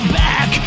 back